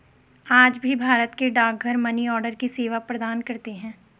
आज भी भारत के डाकघर मनीआर्डर की सेवा प्रदान करते है